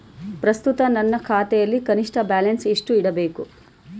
ಪ್ರಸ್ತುತ ನನ್ನ ಖಾತೆಯಲ್ಲಿ ಕನಿಷ್ಠ ಬ್ಯಾಲೆನ್ಸ್ ಎಷ್ಟು ಇಡಬೇಕು?